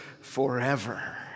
forever